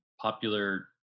popular